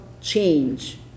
change